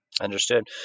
Understood